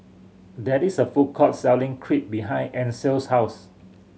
there is a food court selling Crepe behind Ansel's house